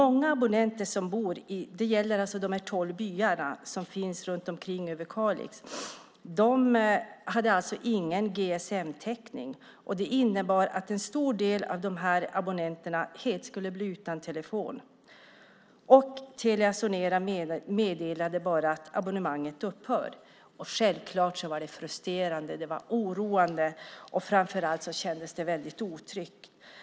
Det gäller de tolv byar som finns runt omkring Överkalix. De hade ingen GSM-täckning. Det innebar att en stor del av abonnenterna skulle bli helt utan telefon. Telia Sonera meddelade bara att abonnemanget upphör. Självfallet var det frustrerande och oroande. Framför allt kändes det otryggt.